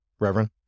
Reverend